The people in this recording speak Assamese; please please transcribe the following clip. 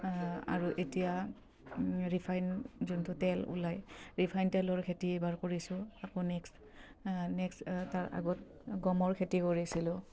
আৰু এতিয়া ৰিফাইন যোনটো তেল ওলায় ৰিফাইন তেলৰ খেতি এইবাৰ কৰিছোঁ আকৌ নেক্সট তাৰ আগত গমৰ খেতি কৰিছিলোঁ